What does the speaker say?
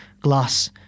glass